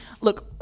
look